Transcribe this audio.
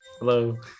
Hello